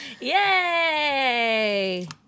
Yay